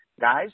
guys